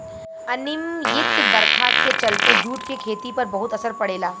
अनिमयित बरखा के चलते जूट के खेती पर बहुत असर पड़ेला